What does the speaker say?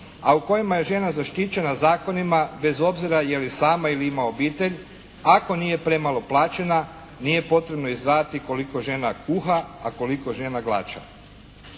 a u kojima je žena zaštićena zakonima bez obzira je li sama ili ima obitelj. Ako nije premalo plaćena, nije potrebno …/Govornik se ne razumije./… koliko žena kuha, a koliko žena glača.